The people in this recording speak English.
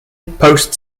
post